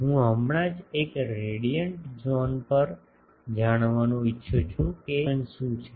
હું હમણાં જ એક રેડિયન્ટ ઝોન પર જાણવાનું ઇચ્છું છું કે E1 H1 શું છે